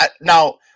Now